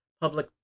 public